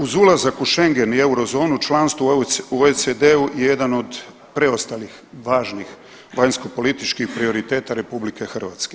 Uz ulazak u Schengen i eurozonu članstvo u OECD-u je jedan od preostalih važnih vanjskopolitičkih prioriteta RH.